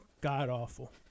god-awful